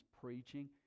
preaching